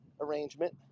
arrangement